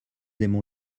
aimons